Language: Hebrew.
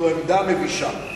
זו עמדה מבישה.